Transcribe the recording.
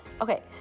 Okay